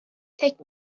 take